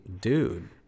dude